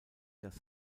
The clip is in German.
das